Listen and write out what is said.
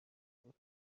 بود